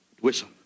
whistle